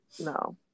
No